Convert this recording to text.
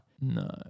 No